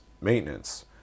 maintenance